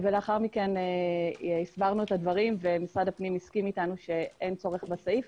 לאחר מכן הסברנו את הדברים ומשרד הפנים הסכים אתנו שאין צורך בסעיף,